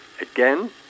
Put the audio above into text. again